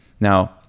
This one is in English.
Now